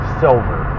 silver